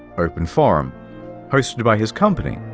open forum hosted by his company,